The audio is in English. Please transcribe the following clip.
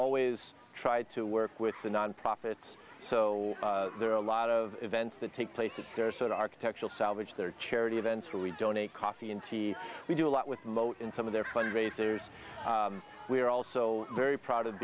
always tried to work with the nonprofits so there are a lot of events that take place if there's an architectural salvage their charity events or we do any coffee and tea we do a lot with moat in some of their fundraisers we are also very proud of